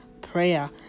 prayer